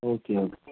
okay okay